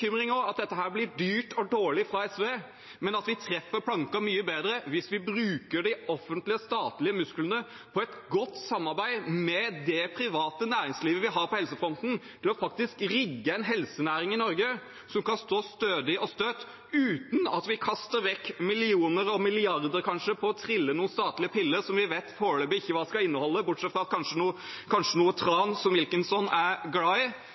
at dette forslaget fra SV blir dyrt og dårlig, men vi treffer planken mye bedre hvis vi bruker de offentlige, statlige musklene på et godt samarbeid med det private næringslivet vi har på helsefronten, til faktisk å rigge en helsenæring i Norge som kan stå stødig og støtt uten at vi kaster vekk millioner og milliarder, kanskje, på å trille noen statlige piller som vi foreløpig ikke vet hva skal inneholde, bortsett fra kanskje noe tran, som Wilkinson er glad